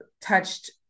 touched